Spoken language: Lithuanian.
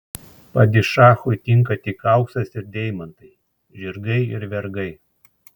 padišachui tinka tik auksas ir deimantai žirgai ir vergai